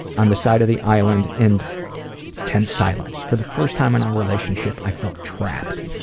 on the side of the island in tense silence. for the first time in our relationship, i felt trapped,